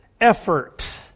effort